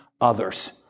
others